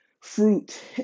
fruit